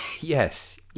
yes